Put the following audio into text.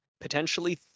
potentially